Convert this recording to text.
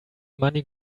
money